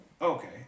okay